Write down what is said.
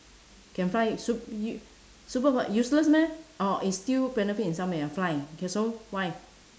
can fly sup~ you superpo~ useless meh or it's still benefit in some way ah fly okay so why